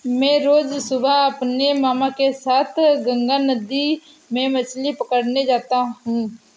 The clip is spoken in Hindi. मैं रोज सुबह अपने मामा के साथ गंगा नदी में मछली पकड़ने जाता हूं